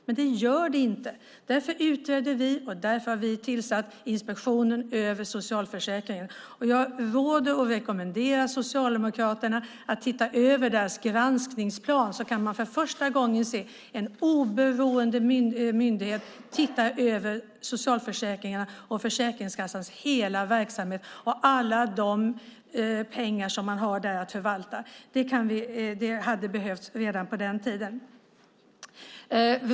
Men det gör det inte. Därför gjorde vi en utredning och tillsatte inspektionen över socialförsäkringarna. Jag råder och rekommenderar Socialdemokraterna att titta på deras granskningsplan. Där kan man för första gången se att en oberoende myndighet ser över socialförsäkringarna, Försäkringskassans hela verksamhet och alla de pengar som de där har att förvalta. Det hade behövts redan på den tiden.